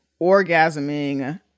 orgasming